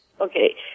Okay